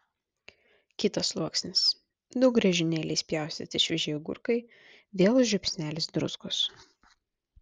kitas sluoksnis du griežinėliais pjaustyti švieži agurkai vėl žiupsnelis druskos